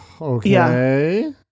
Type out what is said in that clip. okay